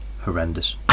horrendous